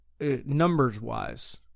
numbers-wise